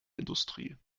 industrie